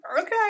Okay